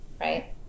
right